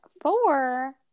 four